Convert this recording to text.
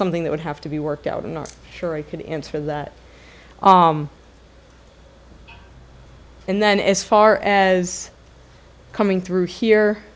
something that would have to be worked out i'm not sure i could answer that and then as far as coming through here